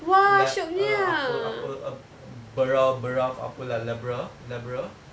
like uh apa apa apa bra~ braw~ apa lah laberer~ laberer~